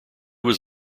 was